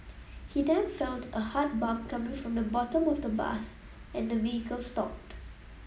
he then felt a hard bump coming from the bottom of the bus and the vehicle stopped